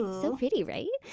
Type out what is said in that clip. so pretty, right?